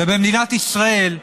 ובמדינת ישראל,